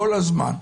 כל הזמן.